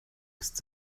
ist